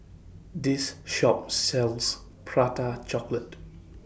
This Shop sells Prata Chocolate